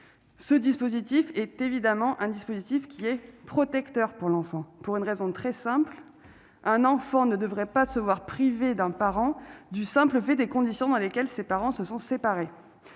Ce dispositif est évidemment protecteur pour l'enfant, et ce pour une raison très simple : un enfant ne devrait pas se voir privé d'un parent simplement à cause des conditions dans lesquelles ses parents se sont séparés.